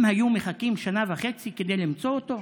הם היו מחכים שנה וחצי כדי למצוא אותו?